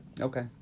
Okay